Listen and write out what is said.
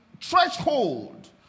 threshold